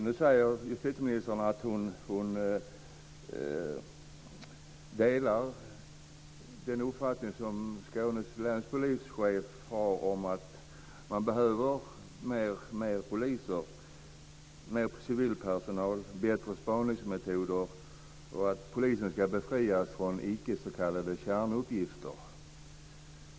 Nu säger justitieministern att hon delar Skånes länspolischefs uppfattning om behovet av fler poliser, mer civilpersonal, bättre spaningsmetoder och om att polisen ska befrias från s.k. icke kärnuppgifter.